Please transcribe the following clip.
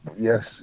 Yes